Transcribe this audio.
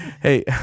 Hey